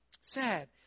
Sad